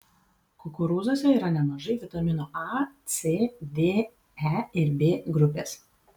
kukurūzuose yra nemažai vitaminų a c d e ir b grupės